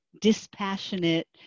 dispassionate